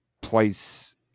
place